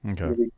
Okay